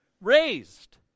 raised